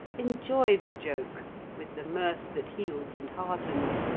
enjoy the joke with the mirth that heals and heartens,